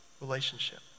relationship